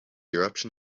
eruption